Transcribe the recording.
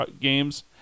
games